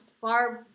Barb